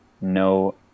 no